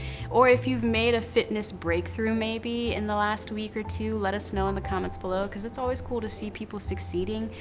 or if you've made a fitness breakthrough maybe in the last week or two, let us know in the comments below. cause it's always cool to see people succeeding,